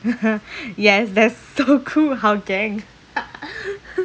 yes that's so cool hougang